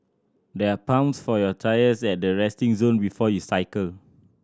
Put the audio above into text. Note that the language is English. there are pumps for your tyres at the resting zone before you cycle